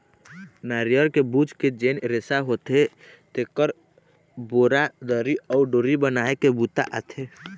नरियर के बूच के जेन रेसा होथे तेखर बोरा, दरी अउ डोरी बनाए के बूता आथे